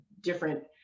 different